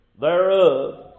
thereof